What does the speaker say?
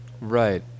right